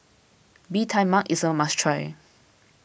Bee Tai Mak is a must try